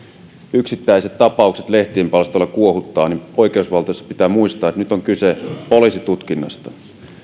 yksittäiset tapaukset lehtien palstoilla kuohuttavat niin oikeusvaltiossa pitää muistaa että nyt on kyse poliisitutkinnasta